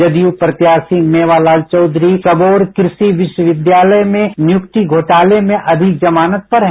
जदयू प्रत्याशी मेवालाल चौधरी सबौर कृषि विश्वविद्यालय में नियुक्ति घोटाले में अमी जमानत पर हैं